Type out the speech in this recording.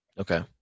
Okay